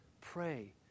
pray